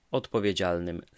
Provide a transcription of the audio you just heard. odpowiedzialnym